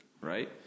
right